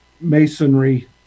masonry